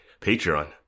patreon